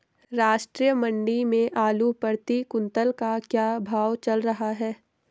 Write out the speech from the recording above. राष्ट्रीय मंडी में आलू प्रति कुन्तल का क्या भाव चल रहा है?